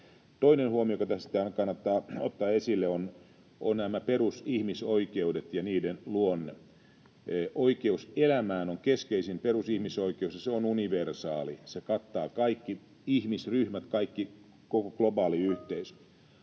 Toinen huomio, joka tässä kannattaa ottaa esille, ovat nämä perusihmisoikeudet ja niiden luonne. Oikeus elämään on keskeisin perusihmisoikeus, ja se on universaali. Se kattaa kaikki ihmisryhmät, koko globaalin yhteisön.